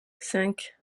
cinq